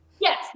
Yes